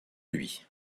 lui